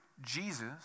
Jesus